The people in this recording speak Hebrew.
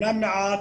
אמנם מעט